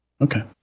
Okay